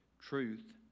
truth